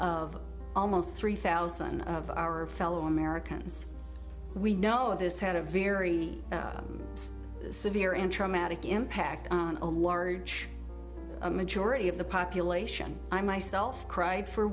of almost three thousand of our fellow americans we know this had a very severe and traumatic impact on a large majority of the population i myself cried for